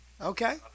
Okay